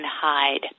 hide